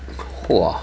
!whoa!